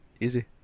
easy